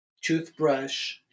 toothbrush